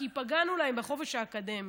כי פגענו להם בחופש האקדמי.